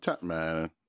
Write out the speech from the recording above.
man